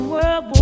World